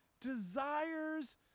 desires